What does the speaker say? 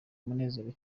umunezero